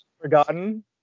forgotten